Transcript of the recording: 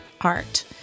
art